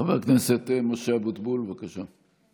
חבר הכנסת משה אבוטבול, בבקשה.